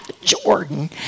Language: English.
Jordan